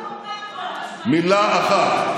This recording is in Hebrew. מילה אחת.